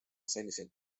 selliseid